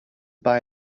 buy